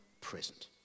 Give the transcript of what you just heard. present